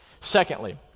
Secondly